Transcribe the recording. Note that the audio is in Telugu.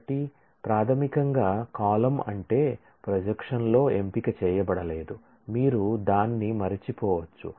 కాబట్టి ప్రాథమికంగా కాలమ్ అంటే ప్రొజెక్షన్లో ఎంపిక చేయబడలేదు మీరు దాన్ని మరచిపోవచ్చు